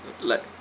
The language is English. l~ like